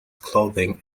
clothing